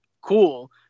cool